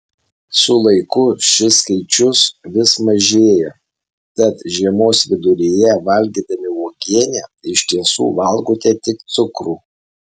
su laiku šis skaičius vis mažėja tad žiemos viduryje valgydami uogienę iš tiesų valgote tik cukrų